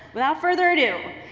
without further ado,